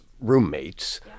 roommates